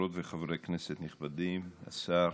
חברות וחברי כנסת נכבדים, השר.